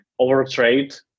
overtrade